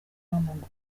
w’amaguru